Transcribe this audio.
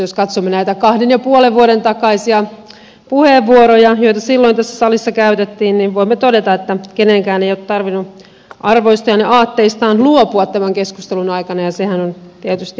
jos katsomme näitä kahden ja puolen vuoden takaisia puheenvuoroja joita silloin tässä salissa käytettiin niin voimme todeta että kenenkään ei ole tarvinnut arvoistaan ja aatteistaan luopua tämän keskustelun aikana ja sehän on tietysti hyvä asia